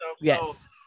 Yes